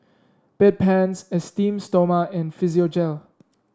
Bedpans Esteem Stoma and Physiogel